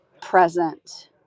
present